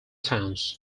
towns